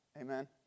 Amen